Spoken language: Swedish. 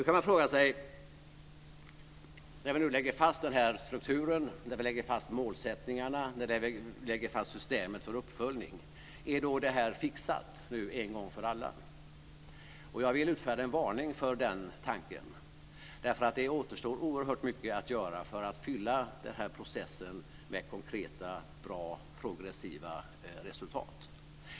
Man kan fråga sig om detta, när vi nu lägger fast den här strukturen, när vi lägger fast målsättningarna och när vi lägger fast systemet för uppföljning, en gång för alla är fixat. Jag vill utfärda en varning för den tanken därför att oerhört mycket återstår att göra för att fylla den här processen med konkreta bra och progressiva resultat.